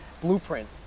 blueprint